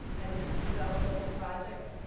and develop local projects.